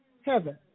heaven